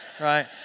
right